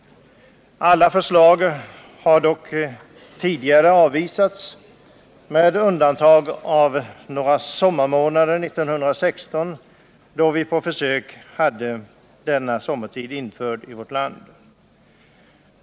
Alla tidigare förslag har dock avvisats, med undantag för att vi några sommarmånader 1916 på försök hade sommartid införd i vårt land.